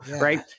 Right